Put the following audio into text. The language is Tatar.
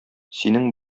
синең